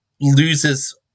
loses